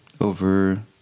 over